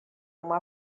uma